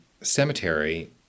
cemetery